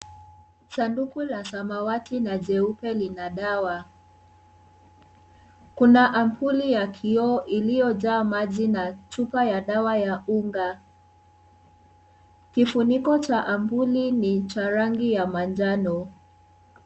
Sanduku la samawati na jeupe lina dawa, kuna ampuli ya kioo iliyojaa maji na chupa ya dawa ya unga, kifuniko cha ampuli ni cha rangi ya manjano.